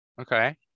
Okay